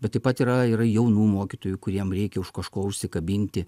bet taip pat yra ir jaunų mokytojų kuriem reikia už kažko užsikabinti